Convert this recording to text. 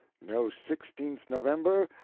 no sixteenth november,